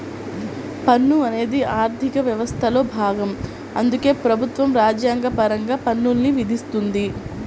పన్ను అనేది ఆర్థిక వ్యవస్థలో భాగం అందుకే ప్రభుత్వం రాజ్యాంగపరంగా పన్నుల్ని విధిస్తుంది